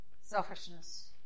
selfishness